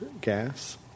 gas